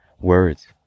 words